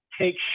take